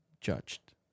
judged